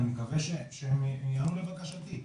אני מקווה שהם ייענו לבקשתי,